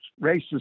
racist